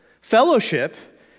Fellowship